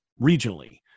regionally